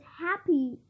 happy